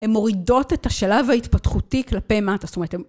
הן מורידות את השלב ההתפתחותי כלפי מטה זאת אומרת הם